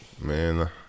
Man